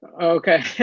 Okay